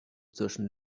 zwischen